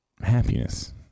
happiness